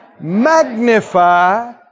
magnify